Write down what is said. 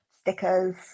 stickers